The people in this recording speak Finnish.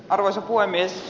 arvoisa puhemies